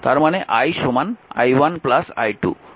তার মানে i i1 i2